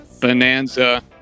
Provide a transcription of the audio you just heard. bonanza